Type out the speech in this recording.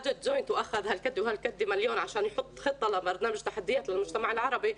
כאשר הגיע הג'וינט ולקח מיליונים כדי שישים תוכנית לחברה הערבית,